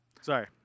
Sorry